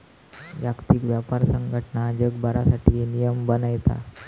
जागतिक व्यापार संघटना जगभरासाठी नियम बनयता